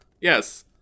Yes